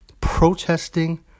Protesting